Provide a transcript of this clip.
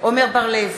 עמר בר-לב,